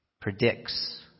predicts